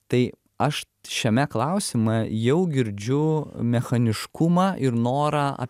tai aš šiame klausimą jau girdžiu mechaniškumą ir norą